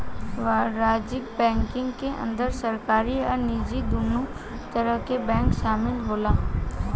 वाणिज्यक बैंकिंग के अंदर सरकारी आ निजी दुनो तरह के बैंक शामिल होला